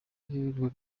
buriho